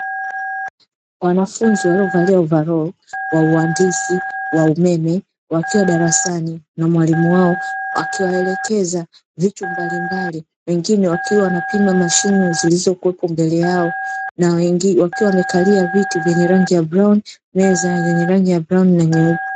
Wanafunzi waliovalia ovaroli wa uhandisi wa umeme wakiwa darasani na mwalimu wao akiwaelekeza vitu mbalimbali wengine wakiwa wanapima mashine zilizokuwepo mbele yao na wengine wakiwa wamekali viti vyenye rangi ya brauni na meza zenye rangi ya brauni na nyeupe.